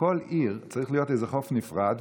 שבכל עיר צריך להיות איזה חוף נפרד,